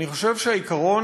אני חושב שהעיקרון